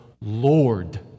Lord